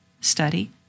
study